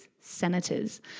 senators